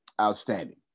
Outstanding